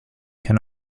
can